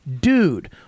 dude